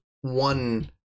one